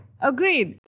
agreed